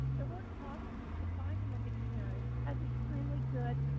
the word awesome is defined in the dictionary as extremely good,